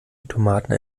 tomaten